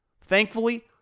Thankfully